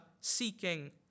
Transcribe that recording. seeking